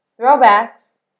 throwbacks